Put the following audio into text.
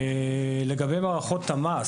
לגבי מערכות טמ"ס,